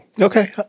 Okay